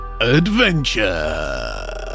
adventure